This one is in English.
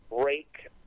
break